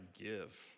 give